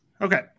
Okay